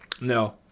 No